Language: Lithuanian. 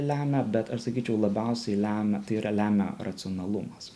lemia bet aš sakyčiau labiausiai lemia tai yra lemia racionalumas